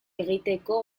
egiteko